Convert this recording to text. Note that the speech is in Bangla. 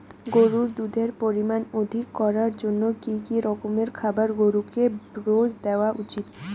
গরুর দুধের পরিমান অধিক করার জন্য কি কি রকমের খাবার গরুকে রোজ দেওয়া উচিৎ?